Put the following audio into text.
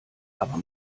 aber